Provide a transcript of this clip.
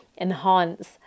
enhance